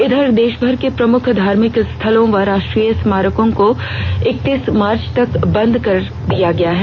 इधर देष भर के प्रमुख धार्मिक स्थलों व राष्ट्रीय स्मारकों को ईकतीस मार्च तक बंद कर दिया गया है